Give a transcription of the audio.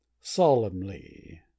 solemnly